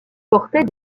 portait